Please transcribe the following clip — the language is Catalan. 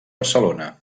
barcelona